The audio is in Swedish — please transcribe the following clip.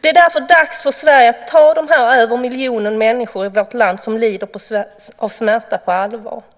Det är därför dags för Sverige att ta de över miljonen människor i vårt land som lider av smärta på allvar.